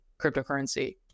cryptocurrency